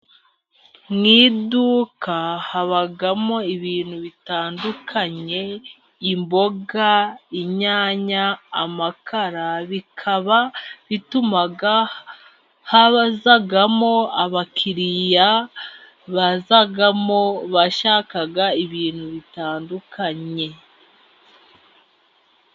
Mu iduka habamo ibintu bitandukanye. Imboga, inyanya, amakara. Bikaba bituma hazamo abakiriya bazamo bashaka ibintu bitandukanye.